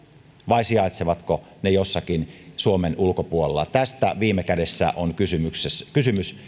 vai sijaitsevatko ne jossakin suomen ulkopuolella tästä viime kädessä on kysymys